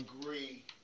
agree